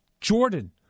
Jordan